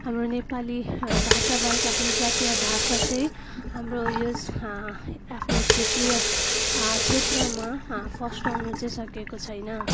भाषा बाहेक आफ्नो जातीय भाषा चाहिँ हाम्रो यस आफ्नो क्षेत्रीय क्षेत्रमा फस्टाउन चाहिँ सकेको छैन